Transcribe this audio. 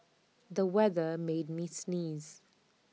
the weather made me sneeze